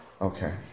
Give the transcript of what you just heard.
Okay